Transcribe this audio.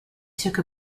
took